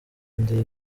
ndeba